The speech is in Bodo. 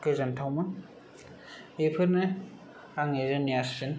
गोजोनथावमोन बेफोरनो आंनि जुनियासिन